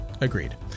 Agreed